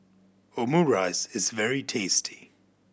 omurice is very tasty